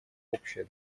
общая